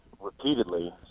repeatedly